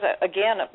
again